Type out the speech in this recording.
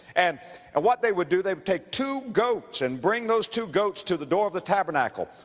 and and what they would do, they would take two goats and bring those two goats to the door of the tabernacle.